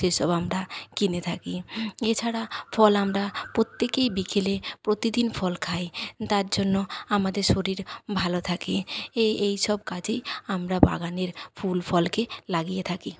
সেসব আমরা কিনে থাকি এছাড়া ফল আমরা প্রত্যেকেই বিকেলে প্রতিদিন ফল খাই তার জন্য আমাদের শরীর ভালো থাকে এই এই সব কাজেই আমরা বাগানের ফুল ফলকে লাগিয়ে থাকি